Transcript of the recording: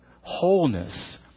wholeness